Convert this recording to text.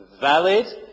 valid